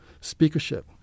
speakership